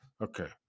Okay